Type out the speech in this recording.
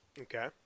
Okay